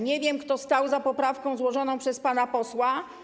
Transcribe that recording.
Nie wiem, kto stał za poprawką złożoną przez pana posła.